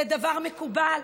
זה דבר מקובל,